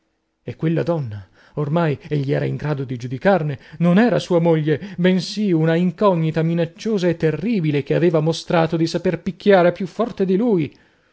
e quella donna oramai egli era in grado di giudicarne non era sua moglie bensì una incognita minacciosa e terribile che aveva mostrato di saper picchiare più forte di lui